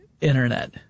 Internet